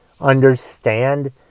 understand